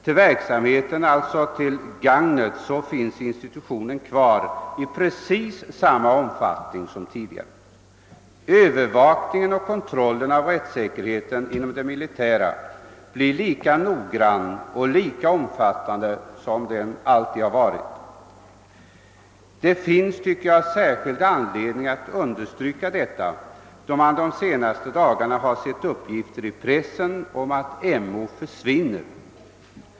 Till verksamheten — dvs. till funktionen — finns institutionen kvar i samma omfattning som tidigare. Övervakningen och kontrollen av rättssäkerheten inom det militära blir lika noggrann och omfattande som den alltid varit. Det finns, tycker jag, särskild anledning att understryka detta då man de senaste dagarna har sett uppgifter i pressen om att MO försvinner.